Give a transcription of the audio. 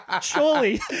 Surely